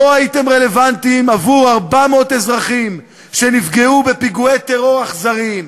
לא הייתם רלוונטיים עבור 400 אזרחים שנפגעו בפיגועי טרור אכזריים,